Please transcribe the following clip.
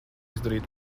izdarīt